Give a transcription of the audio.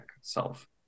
self